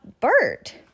Bert